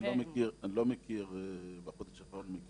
אני לא מכיר בחודשים האחרונים.